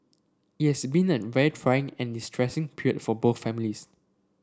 it has been a very trying and distressing period for both families